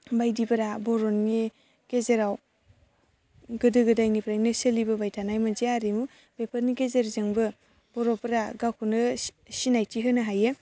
बायदिफोरा बर'नि गेजेराव गोदो गोदायनिफ्रायनो सोलिबोबाय थानाय मोनसे आरिमु बेफोरनि गेजेरजोंबो बर'फोरा गावखौनो सिनायथि होनो हायो